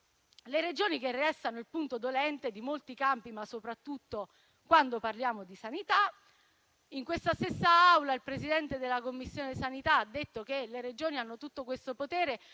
Le Regioni restano il punto dolente in molti campi, ma soprattutto quando parliamo di sanità. In questa stessa Aula, il Presidente della Commissione sanità ha detto che le Regioni hanno tutto questo potere